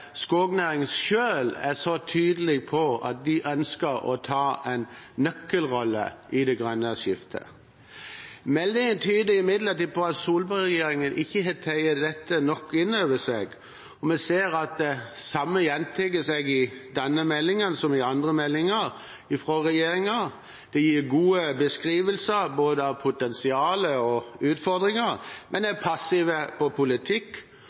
skognæringen selv er så tydelig på at de ønsker å ta en nøkkelrolle i det grønne skiftet. Meldingen tyder imidlertid på at Solberg-regjeringen ikke har tatt dette nok inn over seg, og vi ser at det samme gjentar seg i denne meldingen som i andre meldinger fra regjeringen: De gir gode beskrivelser av både potensial og utfordringer, men er passive når det gjelder politikk,